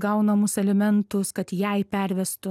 gaunamus alimentus kad jai pervestų